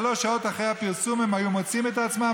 שלוש שעות אחרי הפרסום הם היו מוצאים את עצמם